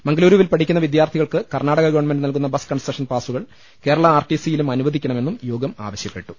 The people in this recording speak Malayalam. മംഗലൂരുവിൽ പഠിക്കുന്ന വിദ്യാർത്ഥികൾക്ക് കർണ്ണാടക ഗവൺമെന്റ് നൽകുന്ന ബസ് കൺസഷൻ പാസുകൾ കേരള ആർ ടി സിയിലും അനുവദി ക്കണമെന്നും യോഗം ആവശ്യപ്പെട്ടു